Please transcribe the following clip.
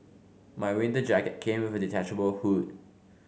my winter jacket came with a detachable hood